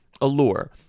Allure